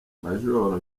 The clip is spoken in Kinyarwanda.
majoro